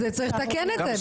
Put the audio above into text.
אז צריך לתקן את זה.